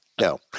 No